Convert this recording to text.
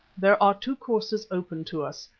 there are two courses open to us.